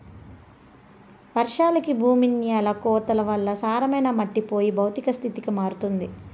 వర్షాలకి భూమి న్యాల కోతల వల్ల సారమైన మట్టి పోయి భౌతిక స్థితికి మారుతుంది